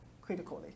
critically